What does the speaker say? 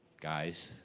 guys